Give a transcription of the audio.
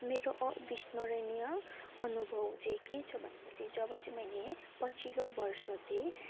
मेरो अविस्मरणीय अनुभव चाहिँ के छ भने पछि जब चाहिँ मैले पछिल्लो वर्ष चाहिँ